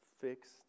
fixed